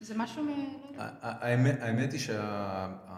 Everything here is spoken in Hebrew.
זה משהו. האמת היא שה...